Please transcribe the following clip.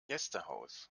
gästehaus